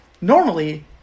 Normally